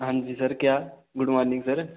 हांजी सर क्या good morning sir